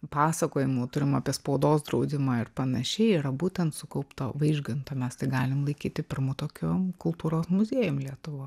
pasakojimų turim apie spaudos draudimą ir panašiai yra būtent sukaupta vaižganto mes galim laikyti pirmu tokiu kultūros muziejum lietuvoj